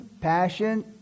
passion